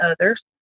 others